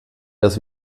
das